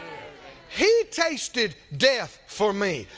he tasted death for me.